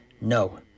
No